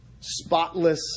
spotless